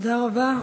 תודה רבה.